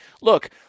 Look